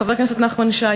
חבר הכנסת נחמן שי,